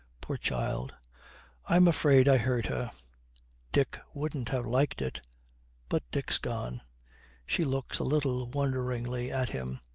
poor child i'm afraid i hurt her dick wouldn't have liked it but dick's gone she looks a little wonderingly at him.